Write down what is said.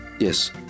Yes